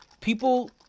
people